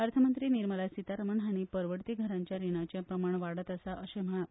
अर्थमंत्री निर्मला सितारामण हांणी परवड़ती घरांच्या रीणांचे प्रमाण वाड़त आसा अशेंय म्हळा